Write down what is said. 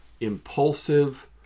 impulsive